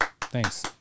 Thanks